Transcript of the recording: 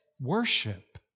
worship